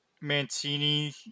Mancini